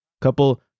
couple